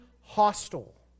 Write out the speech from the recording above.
hostile